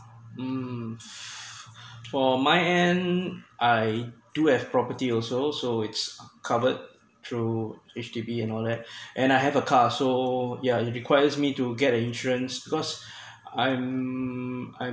mm for my end I do have property also so it's covered through H_D_B and all that and I have a car so yeah it requires me to get an insurance because I'm I'm